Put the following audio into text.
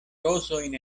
rozojn